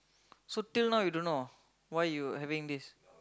so till now you don't know why you having this